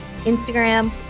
Instagram